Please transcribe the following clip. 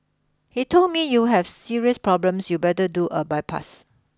he told me you have serious problems you better do a bypass